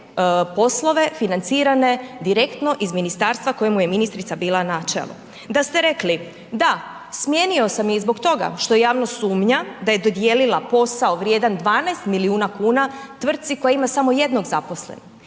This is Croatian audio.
poslove financirane direktno iz ministarstva kojemu je ministrica bila na čelu. Da ste rekli da smijenio sam je i zbog toga što javnost sumnja da je dodijelila posao vrijedan 12 milijuna kuna tvrtki koja ima samo 1 zaposlenog